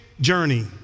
journey